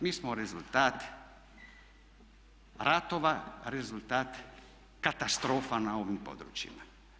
Mi smo rezultat ratova, rezultat katastrofa na ovim područjima.